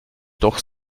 doch